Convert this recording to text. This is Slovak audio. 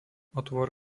otvor